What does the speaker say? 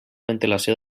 ventilació